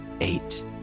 eight